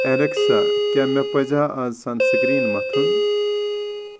Alexa کیٛاہ مے پَزیٛا آز سَن سٕکریٖن مَتھُن